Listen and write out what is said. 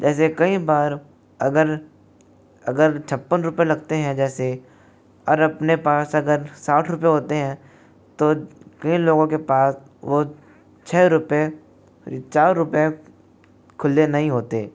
जैसे कई बार अगर अगर छप्पन रुपए लगते हैं जैसे और अपने पास अगर साठ रुपए होते हैं तो कई लोगों के पास वह छः रुपए चार रुपए खुल्ले नहीं होते